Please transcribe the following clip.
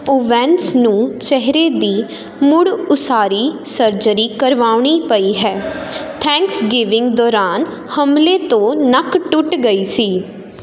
Owen ਨੂੰ ਚਿਹਰੇ ਦੀ ਮੁੜ ਉਸਾਰੀ ਸਰਜਰੀ ਕਰਵਾਉਣੀ ਪਈ ਹੈ ਅਤੇ ਥੈਂਕਸਗਿਵਿੰਗ ਦੌਰਾਨ ਹਮਲੇ ਤੋਂ ਨੱਕ ਟੁੱਟ ਗਈ ਸੀ